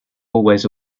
hallways